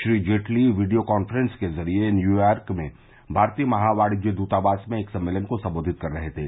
Shri Jaitley video conference के जरिए New York में भारतीय महावाणिज्य द्वावास में एक सम्मेलन को संबोधित कर रहे थे